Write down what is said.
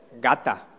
gata